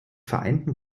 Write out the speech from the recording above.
vereinten